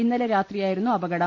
ഇന്നലെ രാത്രിയായിരുന്നു അപകടം